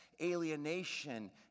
alienation